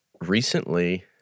recently